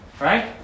Right